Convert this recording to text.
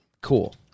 Cool